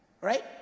right